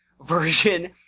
version